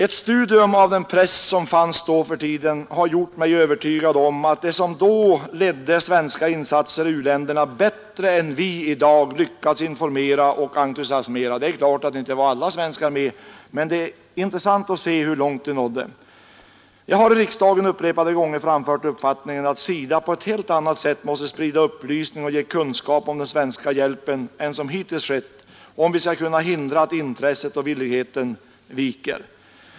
Ett studium av den press som fanns då för tiden har gjort mig övertygad om att de som då ledde svenska insatser i u-länderna bättre än — Nr 73 vi i dag lyckades informera och entusiasmera. Det är klart att de inte fick Onsdagen den alla svenskar med sig, men det är intressant att se hur långt de nådde. 25 april 1973 Jag har i riksdagen upprepade gånger framfört uppfattningen att SIDA på ett helt annat sätt än man gjort hittills måste sprida upplysning och ge kunskap om den svenska hjälpen, om vi skall kunna hindra att intresset och villigheten viker.